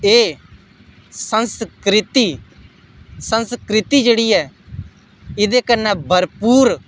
एह् संस्कृति संस्कृति जेह्ड़ी ऐ एह्दै कन्नै भरपूर